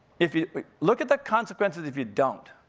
if you look at the consequences, if you don't.